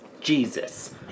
Jesus